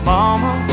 Mama